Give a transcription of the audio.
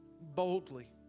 boldly